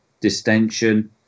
distension